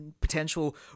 potential